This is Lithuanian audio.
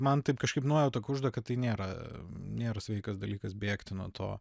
man taip kažkaip nuojauta kužda kad tai nėra nėra sveikas dalykas bėgti nuo to